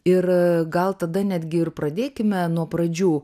ir gal tada netgi ir pradėkime nuo pradžių